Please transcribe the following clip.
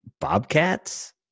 Bobcats